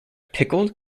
pickled